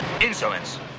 Insolence